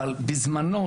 אבל בזמנו,